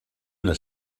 una